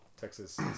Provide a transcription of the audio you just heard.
Texas